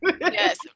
Yes